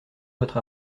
votre